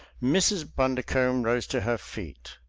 mrs. bundercombe rose to her feet.